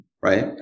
right